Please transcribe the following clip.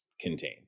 contain